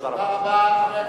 תודה רבה.